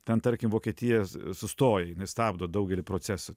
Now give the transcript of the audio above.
ten tarkim vokietijas sustoja jinai stabdo daugelį procesų